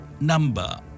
number